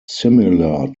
similar